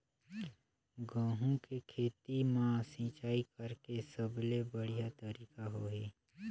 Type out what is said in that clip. गंहू के खेती मां सिंचाई करेके सबले बढ़िया तरीका होही?